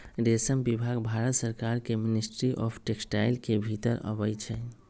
रेशम विभाग भारत सरकार के मिनिस्ट्री ऑफ टेक्सटाइल के भितर अबई छइ